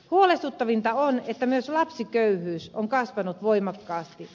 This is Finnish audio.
huolestuttavinta on että myös lapsiköyhyys on kasvanut voimakkaasti